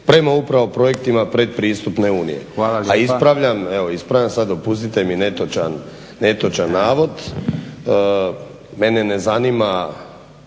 prema upravo projektima pretpristupne Unije. A ispravljam sada dopustite mi netočan navod, mene ne zanima